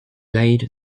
laid